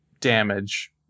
damage